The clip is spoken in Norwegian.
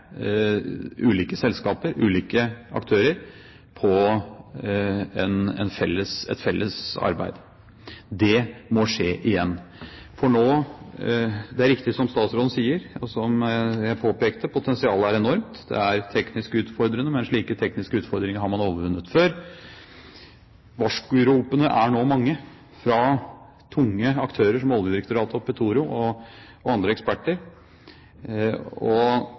ulike selskaper – ulike aktører – på et felles arbeid. Det må skje igjen. Det er riktig, som statsråden sier og som jeg påpekte: Potensialet er enormt. Det er teknisk utfordrende, men slike tekniske utfordringer har man overvunnet før. Varskuropene er nå mange, fra tunge aktører som Oljedirektoratet, Petoro og andre eksperter, og